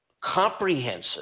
comprehensive